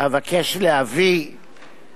אבקש להביא את